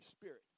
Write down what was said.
Spirit